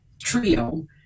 trio